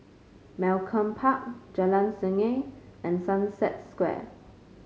Malcolm Park Jalan Sungei and Sunset Square